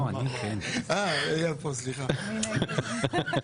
4 נגד,